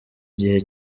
gihe